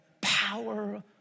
power